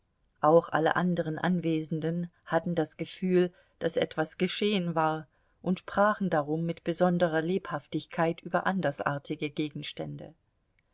auch alle anderen anwesenden hatten das gefühl daß etwas geschehen war und sprachen darum mit besonderer lebhaftigkeit über andersartige gegenstände